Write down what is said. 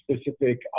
specific